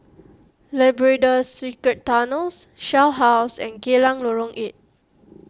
Labrador Secret Tunnels Shell House and Geylang Lorong eight